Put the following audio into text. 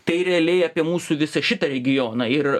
tai realiai apie mūsų visą šitą regioną ir